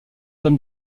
dame